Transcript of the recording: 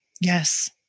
Yes